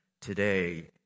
Today